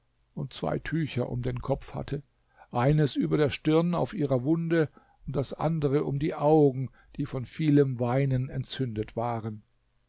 und zwei tücher um den kopf hatte eines über der stirn auf ihrer wunde und das andere um die augen die von vielem weinen entzündet waren